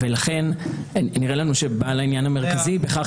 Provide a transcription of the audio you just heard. לכן נראה לנו שבעל העניין המרכזי בכך